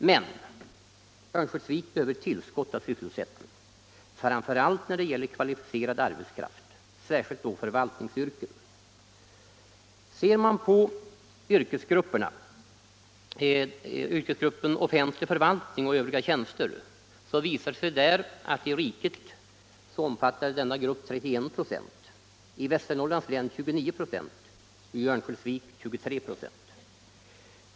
Men Örnsköldsvik behöver tillskott av sysselsättning, framför allt när det gäller kvalificerad arbetskraft, särskilt då förvaltningsyrken. Ser man på yrkesgruppen offentlig förvaltning och övriga tjänster visar det sig att i riket omfattar denna grupp 31 26, i Västernorrlands län 29 96 och i Örnsköldsvik 23 96.